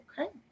Okay